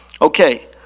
okay